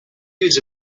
use